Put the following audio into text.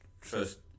trust